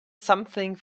something